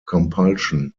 compulsion